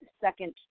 second